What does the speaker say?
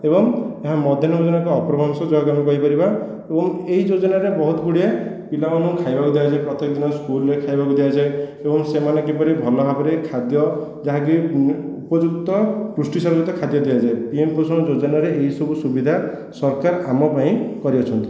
ଏବଂ ଏହା ମଧ୍ୟାହ୍ନ ଭୋଜନ ଏକ ଅପ୍ରଭଂସ ଯାହାକୁ ଆମେ କହିପାରିବା ଏବଂ ଏହି ଯୋଜନାରେ ବହୁତ ଗୁଡ଼ିଏ ପିଲାମାନଙ୍କୁ ଖାଇବାକୁ ଦିଆଯାଏ ପ୍ରତ୍ୟକ ଦିନ ସ୍କୁଲରେ ଖାଇବାକୁ ଦିଆଯାଏ ଏବଂ ସେମାନେ କିପରି ଭଲଭାବରେ ଖାଦ୍ୟ ଯାହାକି ଉପଯୁକ୍ତ ପୃଷ୍ଟିସାରଯୁକ୍ତ ଖାଦ୍ୟ ଦିଆଯାଏ ପିଏମ ପୋଷଣ ଯୋଜନାରେ ଏହି ସବୁ ସୁବିଧା ସରକାର ଆମ ପାଇଁ କରିଅଛନ୍ତି